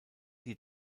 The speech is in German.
die